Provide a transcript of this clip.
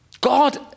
God